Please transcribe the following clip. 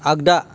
आगदा